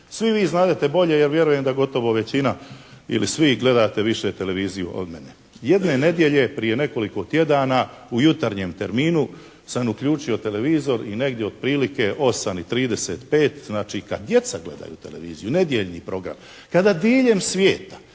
Svi vi znadete bolje, ja vjerujem da gotovo većina ili svi gledate televiziju više od mene. Jedne nedjelje prije nekoliko tjedana u jutarnjem terminu sam uključio televizor i negdje otprilike 8 i 35, znači kad djeca gledaju televiziju, nedjeljni program, kada diljem svijeta